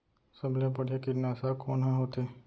सबले बढ़िया कीटनाशक कोन ह होथे?